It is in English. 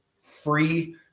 free